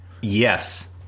Yes